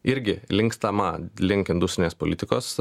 irgi linkstama link industrinės politikos